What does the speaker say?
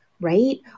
right